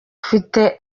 mfite